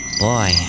Boy